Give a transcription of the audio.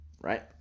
right